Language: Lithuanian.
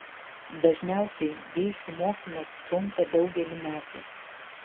dažniausiai geišų mokymas trunka daugelį metų